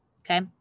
okay